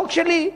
חוק שלי,